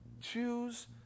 Choose